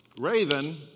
Raven